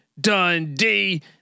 Dundee